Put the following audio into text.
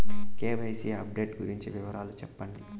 KYC update గురించి వివరాలు సెప్పండి?